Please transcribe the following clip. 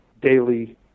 daily